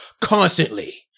constantly